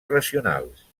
racionals